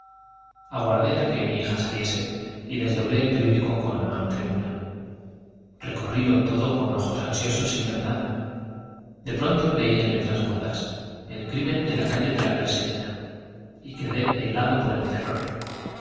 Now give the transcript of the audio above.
aguardé á que mi hija saliese y desdoblé el perió dico con mano trémula recorrílo tdo con ojos ansiosos sin ver nada de pronto leí en letras gordas el crimen de la calle de la helado perseguida y quedé por el terror